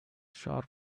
sharp